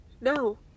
no